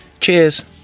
Cheers